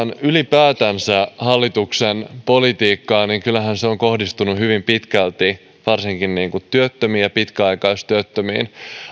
ylipäätänsä hallituksen politiikkaa niin kyllähän se on kohdistunut hyvin pitkälti varsinkin työttömiin ja pitkäaikaistyöttömiin